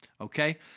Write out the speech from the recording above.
okay